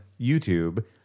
youtube